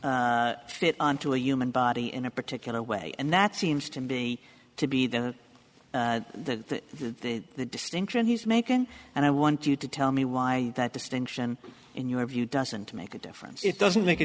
fit onto a human body in a particular way and that seems to be to be the the the distinction he's making and i want you to tell me why that distinction in your view doesn't make a difference it doesn't make a